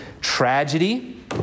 tragedy